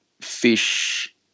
fish